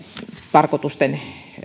tarkoitusten